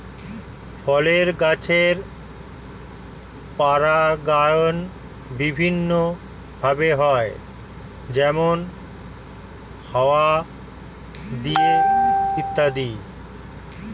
ফলের গাছের পরাগায়ন বিভিন্ন ভাবে হয়, যেমন হাওয়া দিয়ে ইত্যাদি